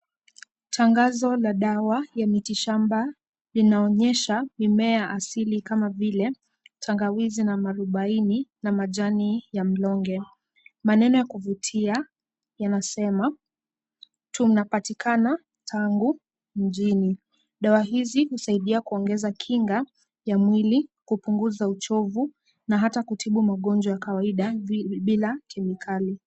Tangazo la dawa ya miti shamba linaonyesha mimea asili kama vile tangawizi na mwarubaini na majani ya mlonge. Maneno ya kuvutia yanasema, tunapatikana Tangu mjini. Dawa hizi husaidia kuongeza kinga ya mwili, kupunguza uchovu na hata kutibu magonjwa ya kawaida bila kemikali.